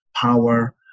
power